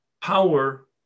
power